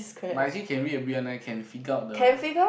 but actually can read abit one eh can figure out the